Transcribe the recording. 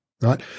right